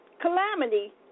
Calamity